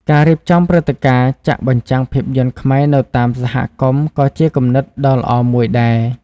ការរៀបចំព្រឹត្តិការណ៍ចាក់បញ្ចាំងភាពយន្តខ្មែរនៅតាមសហគមន៍ក៏ជាគំនិតដ៏ល្អមួយដែរ។